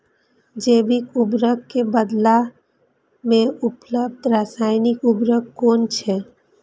जैविक उर्वरक के बदला में उपलब्ध रासायानिक उर्वरक कुन छै?